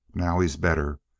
now he's better,